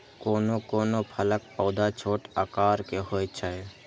कोनो कोनो फलक पौधा छोट आकार के होइ छै